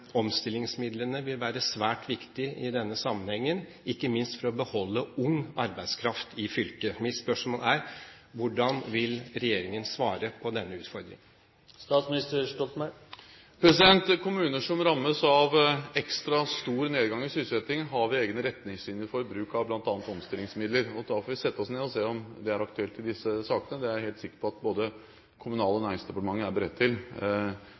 omstillingsmidlene vil være svært viktige i denne sammenhengen, ikke minst for å beholde ung arbeidskraft i fylket. Mitt spørsmål er: Hvordan vil regjeringen svare på denne utfordringen? Kommuner som rammes av ekstra stor nedgang i sysselsettingen, har vi egne retningslinjer for, bl.a. bruk av egne omstillingsmidler. Da får vi sette oss ned og se på om det er aktuelt i disse sakene. Det er jeg helt sikker på at både Kommunaldepartementet og Næringsdepartementet er beredt til,